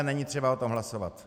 Není třeba o tom hlasovat.